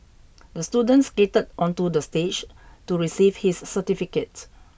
the student skated onto the stage to receive his certificate